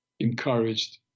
encouraged